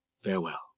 Farewell